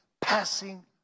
passing